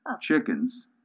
chickens